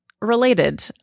related